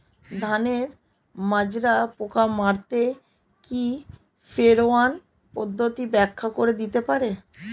ধানের মাজরা পোকা মারতে কি ফেরোয়ান পদ্ধতি ব্যাখ্যা করে দিতে পারে?